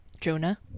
Jonah